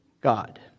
God